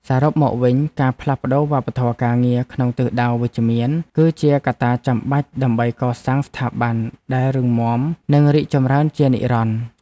សរុបមកវិញ ការផ្លាស់ប្តូរវប្បធម៌ការងារក្នុងទិសដៅវិជ្ជមាន គឺជាកត្តាចាំបាច់ដើម្បីកសាងស្ថាប័នដែលរឹងមាំនិងរីកចម្រើនជានិរន្តរ៍។